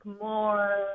more